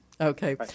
Okay